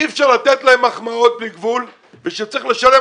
אי אפשר לתת להם מחמאות בלי גבול וכשצריך לשלם,